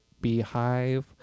beehive